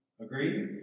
Agree